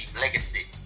legacy